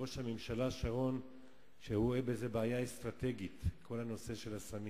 ראש הממשלה שרון שהוא רואה בעיה אסטרטגית בכל הנושא של הסמים,